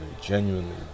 genuinely